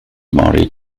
married